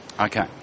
Okay